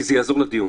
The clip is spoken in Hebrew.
כי זה יעזור לדיון